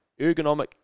ergonomic